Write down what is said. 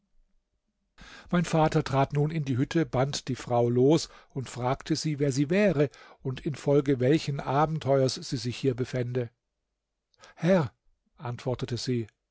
mein vater trat nun in die hütte band die frau los und fragte sie wer sie wäre und infolge welchen abenteuers sie sich hier befände herr antwortete sie